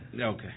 Okay